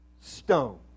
stone